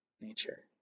nature